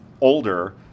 older